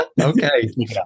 Okay